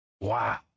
Wow